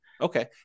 Okay